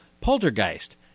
Poltergeist